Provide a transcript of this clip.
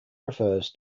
refers